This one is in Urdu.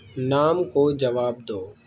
نام کو جواب دو